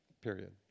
period